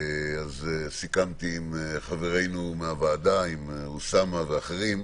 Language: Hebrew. סיכמתי עם חברינו מהוועדה, עם אוסמה ואחרים,